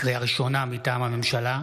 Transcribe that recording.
לקריאה ראשונה, מטעם הממשלה: